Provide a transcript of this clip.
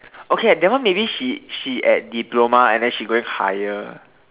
okay ah that one maybe she she at diploma and then she going higher